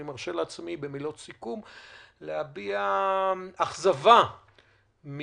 ואני מרשה לעצמי במילות הסיכום להביע אכזבה מקצב